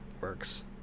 works